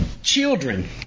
Children